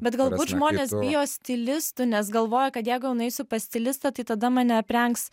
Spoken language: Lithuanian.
bet galbūt žmonės bijo stilistų nes galvoja kad jeigu jau nueisiu pas stilistą tai tada mane aprengs